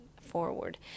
forward